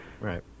right